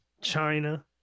china